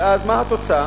ואז, מה התוצאה?